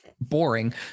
boring